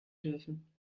dürfen